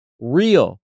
real